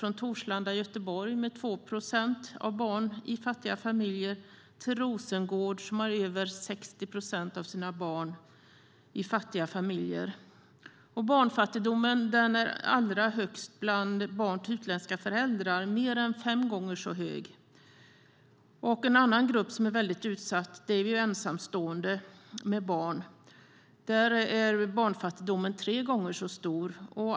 I Torslanda i Göteborg lever 2 procent av barnen i fattiga familjer medan Rosengård har över 60 procent av sina barn i fattiga familjer. Barnfattigdomen är allra störst bland barn till utländska föräldrar, mer än fem gånger så stor. En annan grupp som är väldigt utsatt är ensamstående med barn. Där är barnfattigdomen tre gånger så stor.